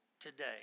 today